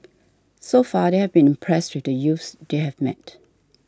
so far they have been impressed with the youths they have met